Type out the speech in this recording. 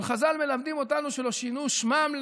אבל חז"ל מלמדים אותנו שלא שינו שמם,